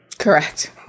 Correct